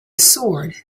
sword